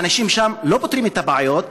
האנשים שם לא פותרים את הבעיות,